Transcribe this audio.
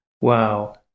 Wow